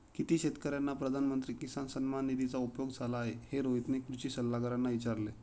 किती शेतकर्यांना प्रधानमंत्री किसान सन्मान निधीचा उपयोग झाला आहे, हे रोहितने कृषी सल्लागारांना विचारले